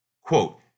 Quote